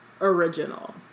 original